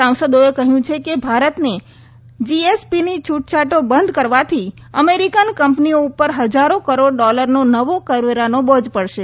સાંસદોએ કહયું છે કે ભારતને જીએસપીની છુટછાટો બંધ કરવાથી અમેરિકન કંપનીઓ ઉપર હજારો કરોડ ડોલરનો નવા કરવેરાનો બોજ પડશે